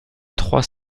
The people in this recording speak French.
trois